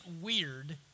weird